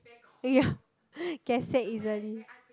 ya get sick easily